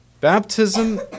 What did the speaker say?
Baptism